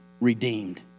Redeemed